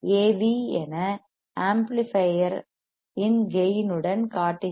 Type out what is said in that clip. we AV என ஆம்ப்ளிபையர்யின் கேயின் உடன் காட்டுகிறது